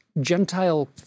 Gentile